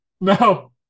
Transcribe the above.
No